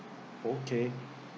okay